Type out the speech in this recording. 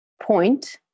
point